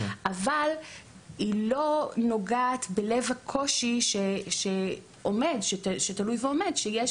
אבל הוא לא נוגע בלב הקושי שתלוי ועומד שיש